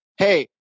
Hey